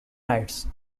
nights